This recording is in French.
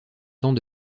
tant